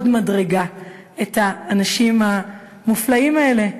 עוד מדרגה את האנשים המופלאים האלה,